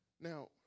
Now